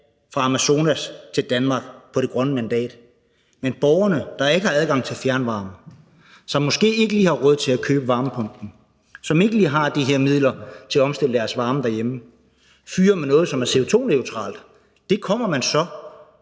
fra Amazonas til Danmark på det grønne mandat, men borgerne, der ikke har adgang til fjernvarme, som måske ikke lige har råd til at købe varmepumpen, og som ikke lige har de her midler til at omstille deres varme derhjemme, fyrer med noget, som er CO2-neutralt, og det kommer man så